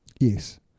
Yes